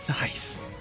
Nice